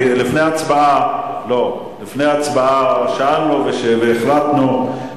כי לפני ההצבעה שאלנו והחלטנו,